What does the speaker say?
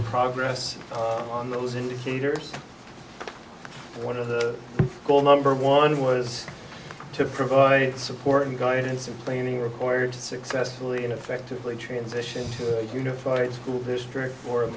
progress on those indicators one of the goal number one was to provide support and guidance of planing required to successfully and effectively transition to a unified school district or